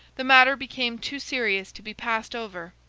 the matter became too serious to be passed over.